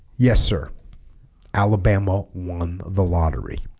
yes sir alabama won the lottery